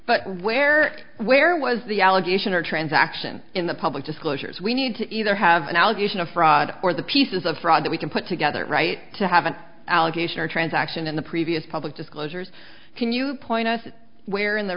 but where where was the allegation or transaction in the public disclosures we need to either have an allegation of fraud or the pieces of fraud that we can put together right to have an allegation or a transaction in the previous public disclosures can you point us where in the